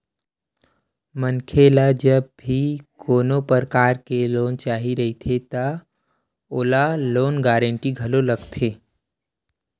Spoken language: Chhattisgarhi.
मनखे ल जब भी कोनो परकार के लोन चाही रहिथे त ओला लोन गांरटर घलो लगथे